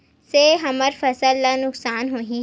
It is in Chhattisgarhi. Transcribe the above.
से हमर फसल ला नुकसान होही?